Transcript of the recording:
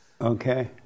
Okay